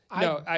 No